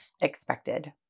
expected